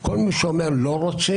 כל מי שאומר: לא רוצים,